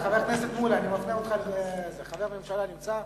חבר הכנסת מולה, חבר ממשלה נמצא,